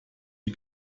die